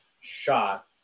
shot